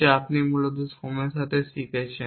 যা আপনি মূলত সময়ের সাথে সাথে শিখেছেন